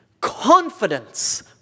confidence